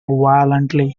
violently